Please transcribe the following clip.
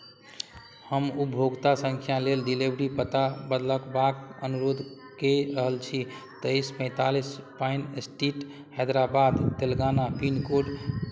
हम उपभोक्ता सङ्ख्या लेल डिलेवरी पता बदलबाक अनुरोध कए रहल छी तइस पैंतालीस Pine Street Hyderabad Telangana pincode